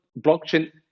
blockchain